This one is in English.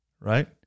right